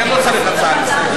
לכן לא צריך הצעה לסדר-היום.